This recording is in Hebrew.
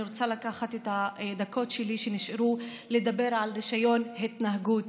אני רוצה לקחת את הדקות שנשארו לי ולדבר על רישיון התנהגות.